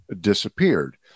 disappeared